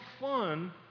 fun